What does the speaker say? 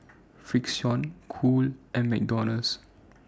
Frixion Cool and McDonald's